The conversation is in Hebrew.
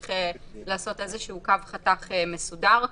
צריך לעשות איזשהו קו חתך מסודר.